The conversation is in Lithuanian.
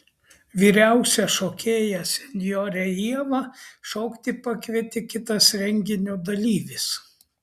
vyriausią šokėją senjorę ievą šokti pakvietė kitas renginio dalyvis